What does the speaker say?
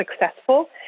successful